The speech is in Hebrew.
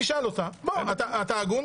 אתה הגון?